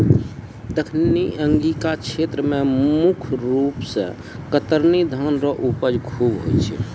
दक्खिनी अंगिका क्षेत्र मे मुख रूप से कतरनी धान रो उपज खूब होय छै